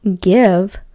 give